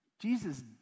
Jesus